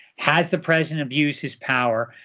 has the president abused his power?